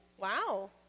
Wow